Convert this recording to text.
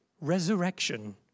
Resurrection